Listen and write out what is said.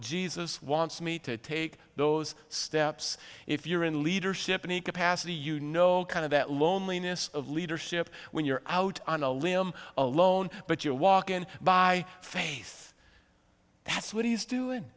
jesus wants me to take those steps if you're in leadership and he capacity you know kind of that loneliness of leadership when you're out on a limb alone but you're walking by faith that's what he's doing